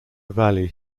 valley